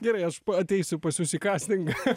gerai aš pa ateisiu pas jus į kastingą